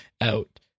out